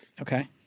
Okay